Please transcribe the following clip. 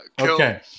okay